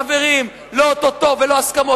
חברים, לא או-טו-טו ולא הסכמות.